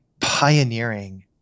pioneering